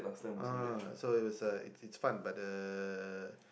uh so it's a it's it's fun but uh